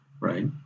right